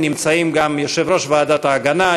נמצאים גם יושב-ראש ועדת ההגנה,